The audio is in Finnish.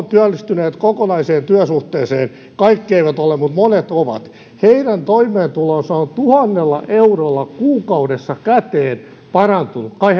työllistyneet kokonaiseen työsuhteeseen kaikki eivät ole mutta monet ovat toimeentulo on tuhannella eurolla kuukaudessa käteen parantunut kai